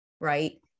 Right